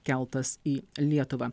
keltas į lietuvą